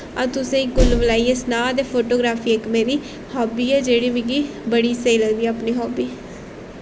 अ'ऊं तुसें गी कुल मलाइयै सनां ते फोटोग्राफ्री इक मेरी हाबी ऐ जेह्ड़ी मिगी बड़ी स्हेई लगदी ऐ अपनी हाबी